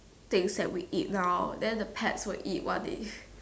things that we eat now then the pets will one day